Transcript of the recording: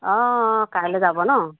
অঁ কাইলৈ যাব নহ্